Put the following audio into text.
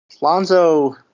Lonzo